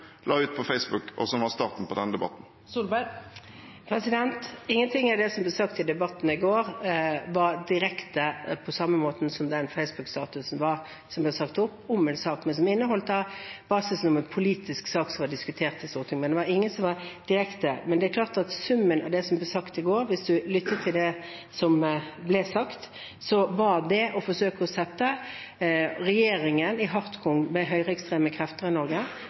la ut på Facebook, og som var starten på denne debatten? Ingenting av det som ble sagt i debatten i går, var direkte på samme måte som den Facebook-statusen var, som ble satt opp om en sak, som inneholdt basis om en politisk sak som var diskutert i Stortinget. Det var ingen som var direkte slik. Men det er klart at summen av det som ble sagt i går – hvis man lyttet til det som ble sagt – var å forsøke å slå regjeringen i hartkorn med høyreekstreme krefter i Norge,